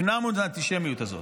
הפנמנו את האנטישמיות הזאת.